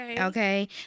Okay